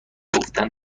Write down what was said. گفتن